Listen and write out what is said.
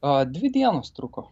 a dvi dienos truko